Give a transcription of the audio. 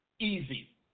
Easy